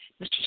Mr